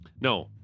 No